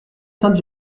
sainte